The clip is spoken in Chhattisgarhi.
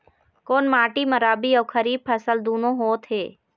कोन माटी म रबी अऊ खरीफ फसल दूनों होत हे?